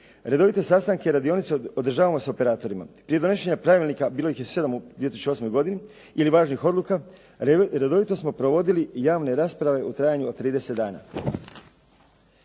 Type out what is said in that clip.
Redovite sastanke i radionice održavamo sa operatorima. Prije donošenja pravilnika bilo ih je 7 u 2008. godini ili važnih odluka, redovito smo provodili javne rasprave u trajanju od 30 dana.